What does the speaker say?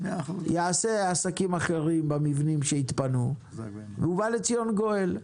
יעשה עסקים אחרים במבנים שהתפנו ובא לציון גואל.